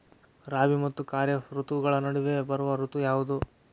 ರಾಬಿ ಮತ್ತು ಖಾರೇಫ್ ಋತುಗಳ ನಡುವೆ ಬರುವ ಋತು ಯಾವುದು?